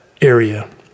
Area